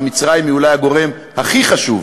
כי מצרים היא אולי הגורם הכי חשוב,